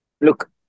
Look